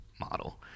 model